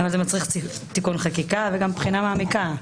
גם זה מצריך תיקון חקיקה וגם בחינה מעמיקה.